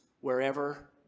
wherever